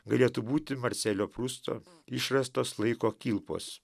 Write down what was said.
galėtų būti marselio prusto išvestos laiko kilpos